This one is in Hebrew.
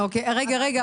ליקויים.